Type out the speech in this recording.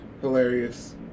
Hilarious